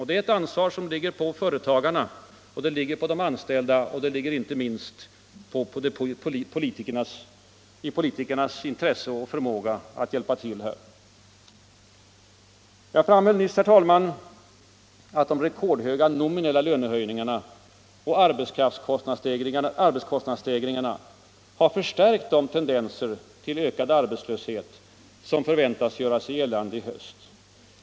Ansvaret för det vilar på företagen och de anställda, men det ligger inte minst i politikernas intresse och förmåga att hjälpa till. Jag framhöll nyss, herr talman, att de rekordhöga nominella lönehöjningarna och arbetskostnadsstegringarna har förstärkt de tendenser till ökad arbetslöshet som förväntas göra sig gällande i höst.